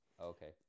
Okay